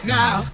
now